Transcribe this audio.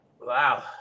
Wow